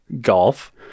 golf